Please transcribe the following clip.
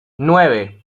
nueve